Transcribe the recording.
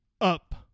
up